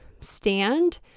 stand